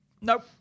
Nope